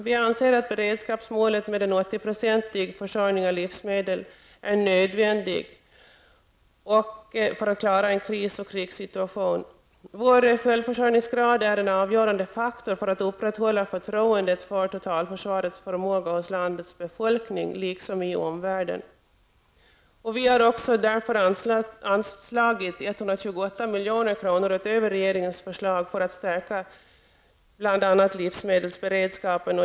Vi anser att beredskapsmålet med en 80-procentig försörjning av livsmedel är nödvändigt för att klara en kris och krigssituation. Vår självförsörjningsgrad är en avgörande faktor för att upprätthålla förtroendet för totalförsvarets förmåga hos landets befolkning liksom i omvärlden. Vi har därför anslagit 128 milj.kr. utöver regeringens förslag för att stärka bl.a. livsmedelsberedskapen.